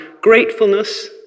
gratefulness